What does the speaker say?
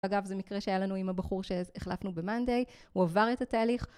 אגב, זה מקרה שהיה לנו עם הבחור שהחלפנו ב-monday, הוא עבר את התהליך.